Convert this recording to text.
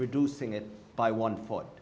reducing it by one foot